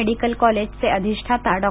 medical कॉलेजचे अधिष्ठाता डॉ